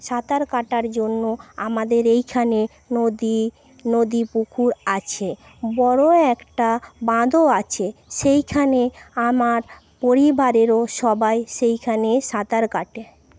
সাঁতার কাটার জন্য আমাদের এইখানে নদী নদী পুকুর আছে বড়ো একটা বাঁধও আছে সেইখানে আমার পরিবারেরও সবাই সেইখানে সাঁতার কাটে